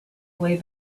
way